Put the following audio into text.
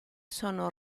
sono